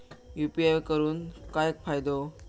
UPI करून काय फायदो?